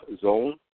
zone